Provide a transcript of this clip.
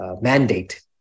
mandate